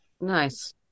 Nice